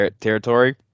territory